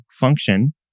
function